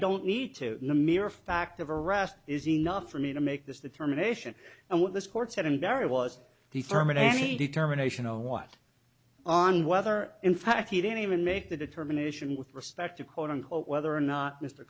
don't need to know a mere fact of arrest is enough for me to make this determination and what this court said and barry was determined any determination on what on whether in fact he didn't even make the determination with respect to quote unquote whether or not mr